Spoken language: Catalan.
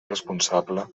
responsable